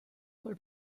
col